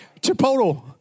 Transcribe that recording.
Chipotle